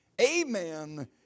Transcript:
Amen